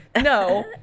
No